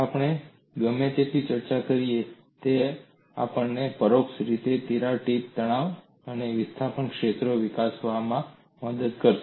આપણે ગમે તેટલી ચર્ચા કરીએ તે આપણને પરોક્ષ રીતે તિરાડ ટીપ તણાવ અને વિસ્થાપન ક્ષેત્રો વિકસાવવામાં મદદ કરશે